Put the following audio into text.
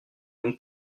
donc